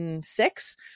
six